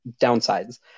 downsides